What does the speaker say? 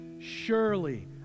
Surely